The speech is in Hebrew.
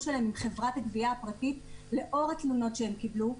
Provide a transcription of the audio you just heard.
שלהם עם חברת גבייה פרטית לאור התלונות שהם קיבלו,